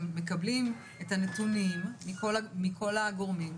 מקבלים את הנתונים מכל הגורמים,